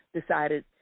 decided